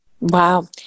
Wow